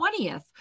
20th